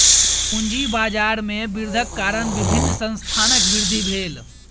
पूंजी बाजार में वृद्धिक कारण विभिन्न संस्थानक वृद्धि भेल